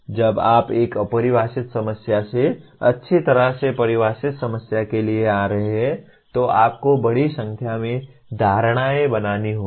जब आप एक अ परिभाषित समस्या से अच्छी तरह से परिभाषित समस्या के लिए आ रहे हैं तो आपको बड़ी संख्या में धारणाएँ बनानी होंगी